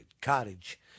Cottage